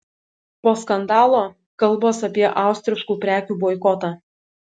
po skandalo kalbos apie austriškų prekių boikotą